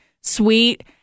sweet